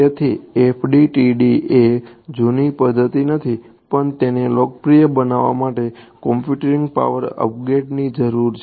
તેથી FDTD એ જૂની પદ્ધતિ નથી પણ તેને લોકપ્રિય બનવા માટે કમ્પ્યુટિંગ પાવરમાં અપગ્રેડની જરૂર છે